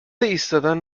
ایستادن